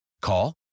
Call